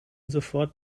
sofort